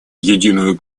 единую